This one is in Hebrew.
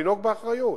באחריות,